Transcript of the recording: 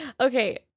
Okay